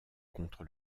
contre